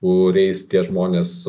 kuriais tie žmonės